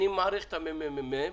אני מעריך את מרכז המחקר והמידע.